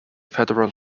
federal